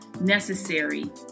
necessary